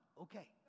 okay